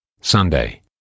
Sunday